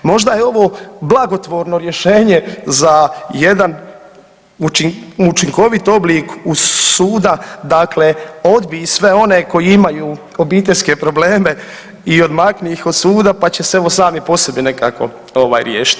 Možda je ovo blagotvorno rješenje za jedan učinkovit oblik uz suda, dakle odbij sve one koji imaju obiteljske probleme i odmakni iz od suda pa će se evo sami po sebi ovaj nekako riješiti.